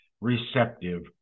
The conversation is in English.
receptive